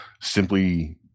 simply